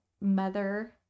mother